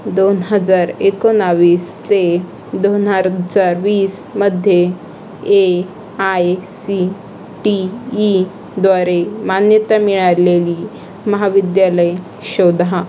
दोन हजार एकोणवीस ते दोन हजार वीसमध्ये ए आय सी टी ईद्वारे मान्यता मिळालेली महाविद्यालयं शोधा